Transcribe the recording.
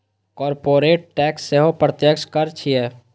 corporate tax सेहो प्रत्यक्ष कर छियै